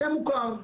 זה מוכר,